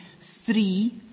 three